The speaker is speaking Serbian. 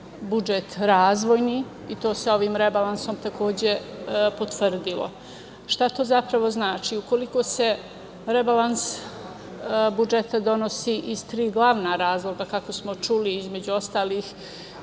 budžet razvojni, i to se ovim rebalansom takođe potvrdilo. Šta to znači? Ukoliko se rebalans budžeta donosi iz tri glavna razloga, kako smo čuli, između ostalog